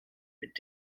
mit